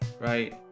right